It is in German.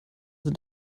sind